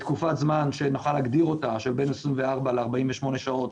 בתקופת זמן שנוכל להגדיר של בין 24 ל-48 שעות,